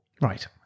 Right